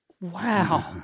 Wow